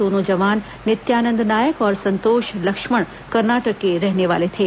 दोनों जवान नित्यानंद नायक और संतोष लक्ष्मण कर्नाटक के रहने वाले थे